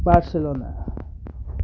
Barcelona